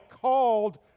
called